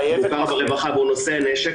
-- והוא נושא נשק,